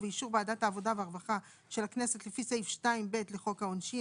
ובאישור ועדת העבודה והרווחה של הכנסת לפי סעיף 2(ב) לחוק העונשין,